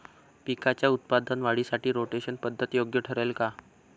पिकाच्या उत्पादन वाढीसाठी रोटेशन पद्धत योग्य ठरेल का?